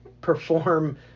perform